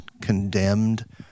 condemned